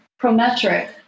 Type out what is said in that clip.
Prometric